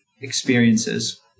experiences